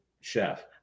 chef